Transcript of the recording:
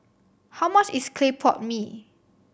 how much is clay pot mee